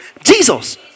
Jesus